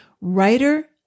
Writer